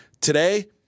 today